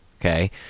okay